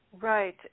Right